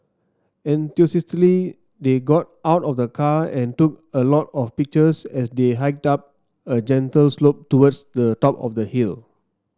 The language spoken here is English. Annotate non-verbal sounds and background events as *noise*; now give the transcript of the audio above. *unintelligible* they got out of the car and took a lot of pictures as they hiked up a gentle slope towards the top of the hill